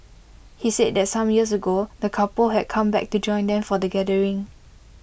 he said that some years ago the couple had come back to join them for the gathering